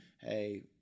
hey